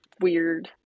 weird